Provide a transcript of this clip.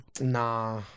Nah